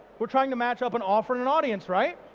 we're trying to match up and offer an audience right?